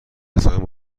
حساب